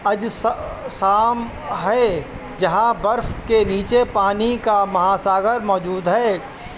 اجسام ہے جہاں برف کے نیچے پانی کا ماساگر موجود ہے